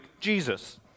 Jesus